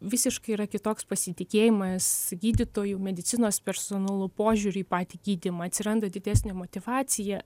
visiškai yra kitoks pasitikėjimas gydytoju medicinos personalu požiūriu į patį gydymą atsiranda didesnė motyvacija